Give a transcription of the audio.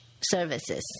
services